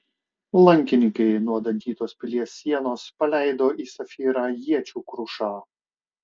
lankininkai nuo dantytos pilies sienos paleido į safyrą iečių krušą